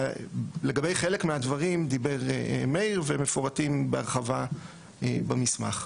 שלגבי חלקם דיבר מאיר והם מפורטים בהרחבה במסמך.